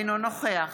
אינו נוכח